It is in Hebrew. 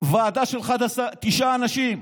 ועדה של תשעה אנשים,